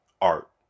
art